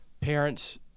parents